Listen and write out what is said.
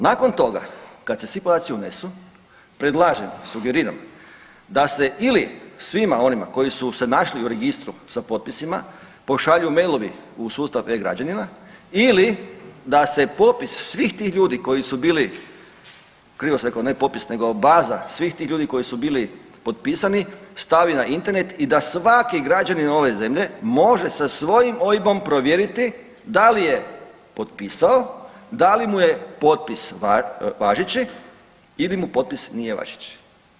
Nakon toga kad se svi podaci unesu predlažem, sugeriram da se ili svima onima koji su se našli u registru sa potpisima pošalju mailovi u sustav e-građanina ili da se popis svih tih ljudi koji su bili, krivo sam rekao ne popis, nego baza svih tih ljudi koji su bili potpisani stavi na Internet i da svaki građanin ove zemlje može sa svojim OIB-om provjeriti da li je potpisao, da li mu je potpis važeći ili mu potpis nije važeći.